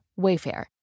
Wayfair